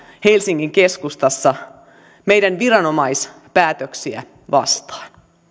helsingin keskustassa meidän viranomaispäätöksiämme vastaan